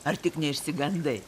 ar tik neišsigandai